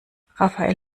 rafael